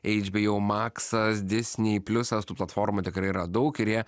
hbo maksas disney pliusas tų platformų tikrai yra daug ir jie